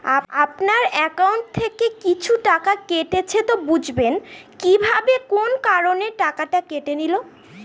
আপনার একাউন্ট থেকে কিছু টাকা কেটেছে তো বুঝবেন কিভাবে কোন কারণে টাকাটা কেটে নিল?